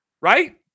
right